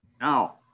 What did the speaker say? Now